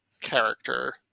character